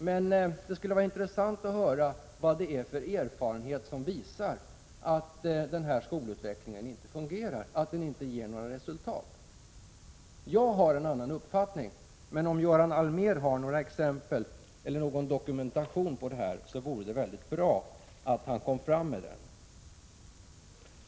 Men det skulle vara intressant att höra vilken erfarenhet som visar att denna skolutveckling inte fungerar och inte ger några resultat. Jag har en annan uppfattning, men om Göran Allmér har några exempel eller någon dokumentation på detta vore det bra om han talade om det.